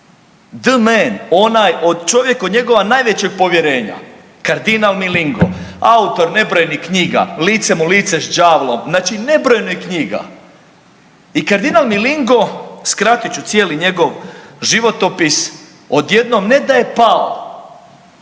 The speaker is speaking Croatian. d-men, onaj od, čovjek od njegova najvećeg povjerenja. Kardinal Milingo, autor nebrojenih knjiga, licem u lice s đavlom, znači nebrojeno knjiga i kardinal Milingo, skratit ću cijeli njegov životopis, odjednom ne da je pao